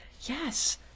yes